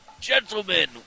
Gentlemen